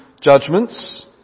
judgments